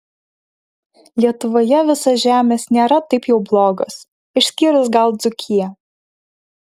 lietuvoje visos žemės nėra taip jau blogos išskyrus gal dzūkiją